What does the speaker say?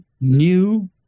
new